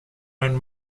own